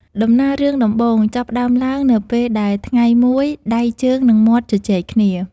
ដំណើររឿងដំបូង ចាប់ផ្ដើមឡើងនៅពេលដែលថ្ងៃមួយ ដៃ ជើង និងមាត់ជជែកគ្នា ។